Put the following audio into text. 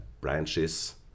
branches